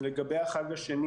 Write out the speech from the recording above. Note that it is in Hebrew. לגבי החג השני